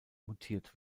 mutiert